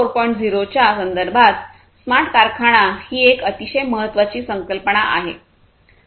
0 च्या संदर्भात स्मार्ट कारखाना ही एक अतिशय महत्वाची संकल्पना आहे